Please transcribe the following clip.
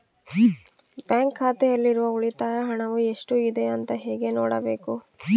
Bank ಖಾತೆಯಲ್ಲಿರುವ ಉಳಿತಾಯ ಹಣವು ಎಷ್ಟುಇದೆ ಅಂತ ಹೇಗೆ ನೋಡಬೇಕು?